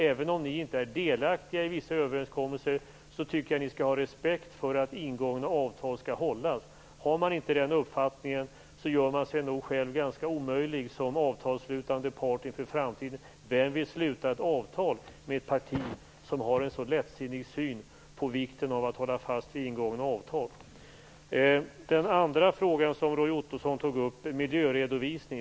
Även om ni inte är delaktiga i vissa överenskommelser, tycker jag att ni skall ha respekt för att ingångna avtal skall hållas. Har man inte den uppfattningen gör man nog sig själv ganska omöjlig som avtalsslutande part i framtiden. Vem vill sluta avtal med ett parti som har en så lättsinnig syn på vikten av att hålla fast vid ingångna avtal? Den andra frågan som Roy Ottosson tog upp gäller miljöredovisningen.